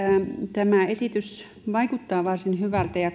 tämä esitys vaikuttaa varsin hyvältä ja